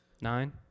Nine